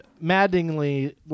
Maddeningly